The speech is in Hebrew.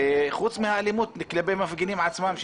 חוץ מהאלימות כלפי מפגינים עצמם.